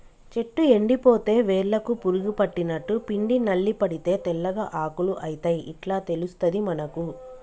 చెట్టు ఎండిపోతే వేర్లకు పురుగు పట్టినట్టు, పిండి నల్లి పడితే తెల్లగా ఆకులు అయితయ్ ఇట్లా తెలుస్తది మనకు